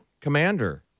commander